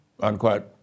unquote